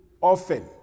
often